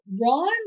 Ron